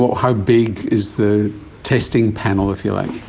but how big is the testing panel, if you like?